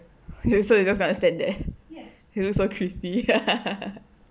you so you just gonna stand there you look so creepy